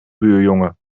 buurjongen